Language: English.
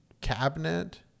cabinet